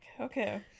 Okay